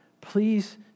please